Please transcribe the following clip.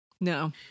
No